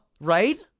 Right